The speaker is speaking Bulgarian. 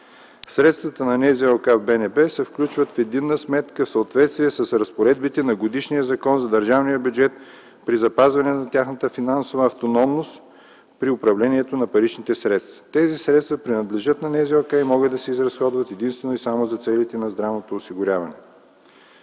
Средствата на НЗОК в БНБ се включват в единна сметка в съответствие с разпоредбите на годишния Закон за държавния бюджет при запазване на тяхната финансова автономност при управлението на паричните средства. Тези средства принадлежат на НЗОК и могат да се изразходват единствено и само за целите на здравното осигуряване.